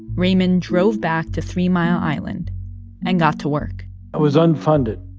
raymond drove back to three mile island and got to work i was unfunded.